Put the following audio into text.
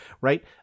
right